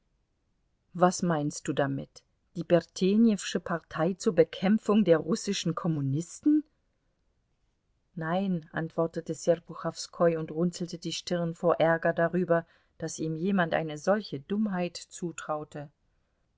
was meinst du damit die bertenewsche partei zur bekämpfung der russischen kommunisten nein antwortete serpuchowskoi und runzelte die stirn vor ärger darüber daß ihm jemand eine solche dummheit zutraute